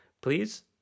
Please